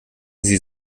sie